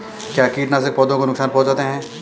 क्या कीटनाशक पौधों को नुकसान पहुँचाते हैं?